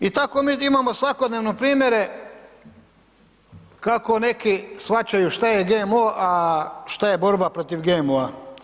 I tako mi imamo svakodnevno primjere kako neki shvaćaju šta je GMO, a šta je borba protiv GMO-a.